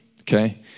Okay